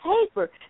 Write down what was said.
paper